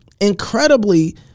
Incredibly